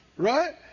Right